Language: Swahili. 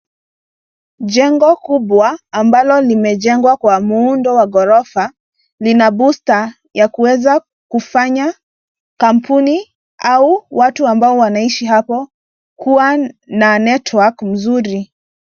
Jengo kubwa ambalo limejengwa kwa muundo wa gorofa lina booster ya kuweza kufanya kampuni au watu ambao wanaishi hapo kuwa na network mzuri.